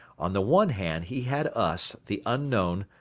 on the one hand he had us, the unknown,